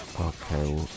Okay